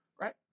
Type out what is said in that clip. right